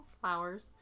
Flowers